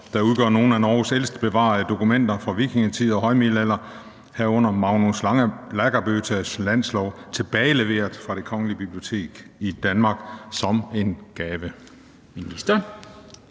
der udgør nogle af Norges ældste bevarede dokumenter fra vikingetiden og højmiddelalderen, herunder Magnus Lagabøtes Landslov, tilbageleveret fra Det Kongelige Bibliotek i Danmark som en gave?